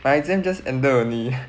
my exam just ended only